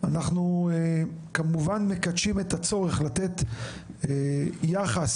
אנחנו כמובן מקדשים את הצורך לתת יחס